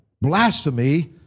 blasphemy